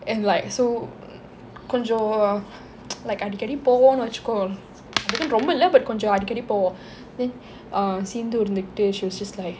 and like so கொஞ்சம்:konjam like அடிக்கடி போவோம்னு வச்சுக்கோ அதுக்குன்னு ரொம்ப இல்லே:adikkadi povomnu vachukko athukkunnu romba ille but அடிக்கடி போவோம்:adikkadi povom then err சிந்து இருந்துக்குட்டு:sindhu irunthukuttu she was just like